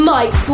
Mike